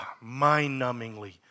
Mind-numbingly